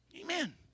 Amen